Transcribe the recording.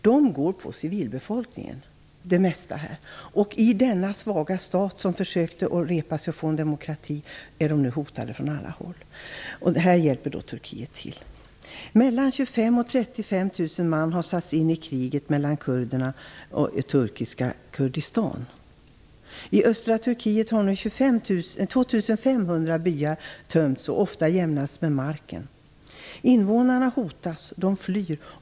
De angriper där för det mesta civilbefolkningen. I den svaga kurdiska staten, som försöker repa sig och få till stånd demokrati, är man nu hotad från alla håll, och till detta bidrar Turkiet. Mellan 25 000 och 35 000 man har satts in i kriget mellan kurderna och turkiska Kurdistan. I östra Turkiet har nu 2 500 byar tömts och ofta jämnats med marken. Invånarna hotas och flyr.